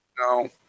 No